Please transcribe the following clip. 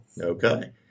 Okay